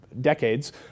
decades